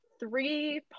Three